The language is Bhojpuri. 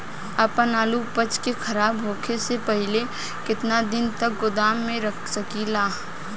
आपन आलू उपज के खराब होखे से पहिले केतन दिन तक गोदाम में रख सकिला?